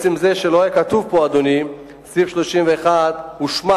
לא היה כתוב פה, אדוני, שסעיף 31 הושמט.